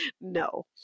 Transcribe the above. no